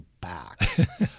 back